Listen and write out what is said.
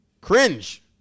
cringe